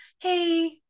hey